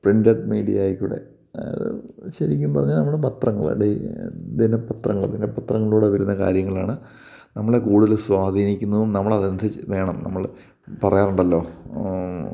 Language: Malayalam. പ്രിൻ്റഡ് മീഡിയയിൽ കൂടെ അത് ശരിക്കും പറഞ്ഞാൽ നമ്മുടെ പത്രങ്ങൾ വഴി ദിനപത്രങ്ങൾ ദിനപത്രങ്ങളിലൂടെ വരുന്ന കാര്യങ്ങളാണ് നമ്മളെ കൂടുതൽ സ്വാധീനിക്കുന്നതും നമ്മൾ അതനുസരിച്ച് വേണം നമ്മൾ പറയാറുണ്ടല്ലോ